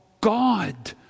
God